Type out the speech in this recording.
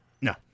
No